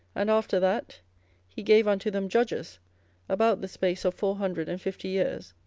and after that he gave unto them judges about the space of four hundred and fifty years,